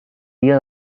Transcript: dia